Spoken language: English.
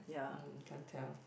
mm can't tell